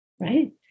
right